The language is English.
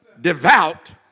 devout